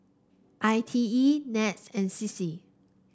I T E NETS and C C